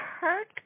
hurt